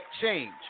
change